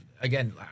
Again